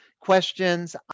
questions